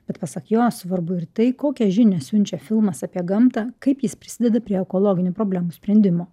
bet pasak jos svarbu ir tai kokią žinią siunčia filmas apie gamtą kaip jis prisideda prie ekologinių problemų sprendimo